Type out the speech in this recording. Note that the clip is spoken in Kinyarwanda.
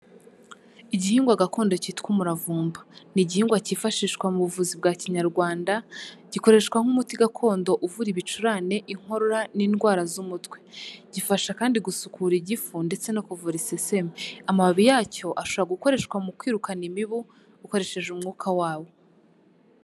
Igihingwa gakondo cyitwa umuravumba ni igihingwa cyifashishwa mu buvuzi bwa kinyarwanda, gikoreshwa nk'umuti gakondo uvura ibicurane, inkorora n'indwara z'umutwe, gifasha kandi gusukura igifu ndetse no kuvura iseseme. Amababi yacyo ashobora gukoreshwa mu kwirukana imibu ukoresheje umwuka wawo.